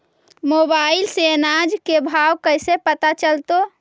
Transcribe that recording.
Mobile से अनाज के भाव कैसे पता चलतै?